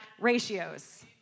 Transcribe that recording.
ratios